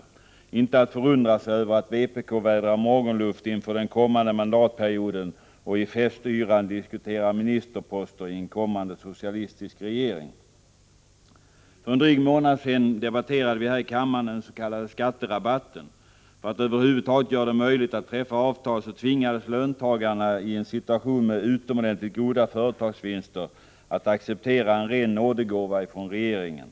Det är inte att förundra sig över att vpk vädrar morgonluft inför den kommande mandatperioden och i festyran diskuterar ministerposter i en kommande socialistisk För en dryg månad sedan debatterade vi här i kammaren den s.k. skatterabatten. För att över huvud taget göra det möjligt att träffa ett avtal tvingades löntagarna i en situation med utomordenligt goda företagsvinster att acceptera en ren nådegåva från regeringen.